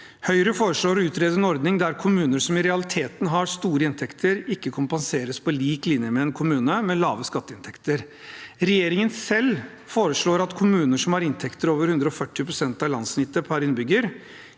Høyre foreslår å utrede en ordning der kommuner som i realiteten har store inntekter, ikke kompenseres på lik linje med en kommune med lave skatteinntekter. Regjeringen selv foreslår at kommuner som har inntekter over 140 pst. av landssnittet per innbygger,